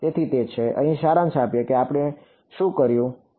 તેથી તે છે અહીં સારાંશ આપીએ કે આપણે શું કર્યું પર